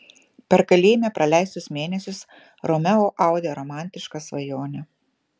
per kalėjime praleistus mėnesius romeo audė romantišką svajonę